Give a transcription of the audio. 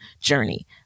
journey